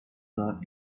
not